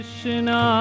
Krishna